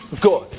good